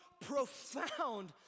profound